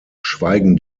schweigen